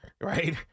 right